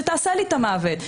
שתעשה לי את המוות,